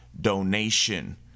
donation